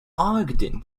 ogden